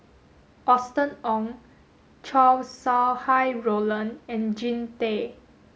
Austen Ong Chow Sau Hai Roland and Jean Tay